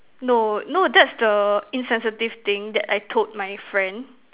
no no that's the insensitive thing that I told my friend